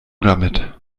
damit